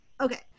Okay